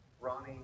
Ronnie